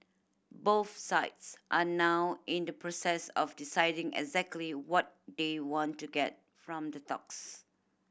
both sides are now in the process of deciding exactly what they want to get from the talks